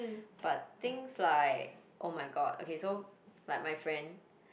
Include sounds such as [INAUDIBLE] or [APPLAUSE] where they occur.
[BREATH] but things like oh-my-god okay so like my friend